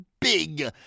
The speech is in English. big